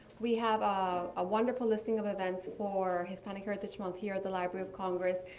we have a wonderful listing of events for hispanic heritage month here at the library of congress.